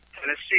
Tennessee